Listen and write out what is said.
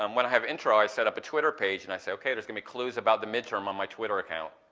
um when i have intro i set up a twitter page and i say, ok, there's going to be clues about the midterm on my twitter account,